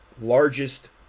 largest